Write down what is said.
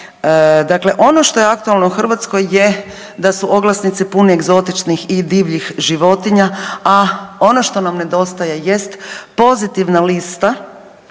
Dakle, ono što je aktualno u Hrvatskoj je da su oglasnici puni egzotičnih i divljih životinja, a ono što nam nedostaje jest pozitivna lista